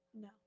No